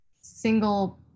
single